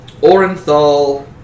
Orenthal